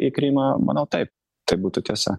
į krymą manau taip tai būtų tiesa